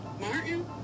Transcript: Martin